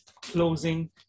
closing